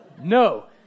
No